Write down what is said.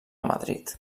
madrid